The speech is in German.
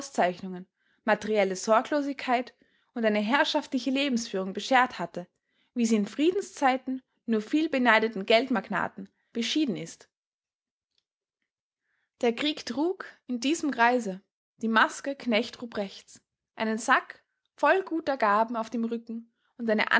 auszeichnungen materielle sorglosigkeit und eine herrschaftliche lebensführung beschert hatte wie sie in friedenszeiten nur vielbeneideten geldmagnaten beschieden ist der krieg trug in diesem kreise die maske knecht rupprechts einen sack voll guter gaben auf dem rücken und eine